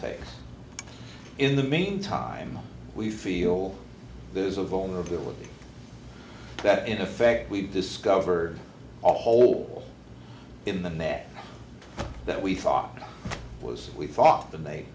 takes in the meantime we feel there's a vulnerability that in effect we discovered a hole in the net that we thought was we thought the n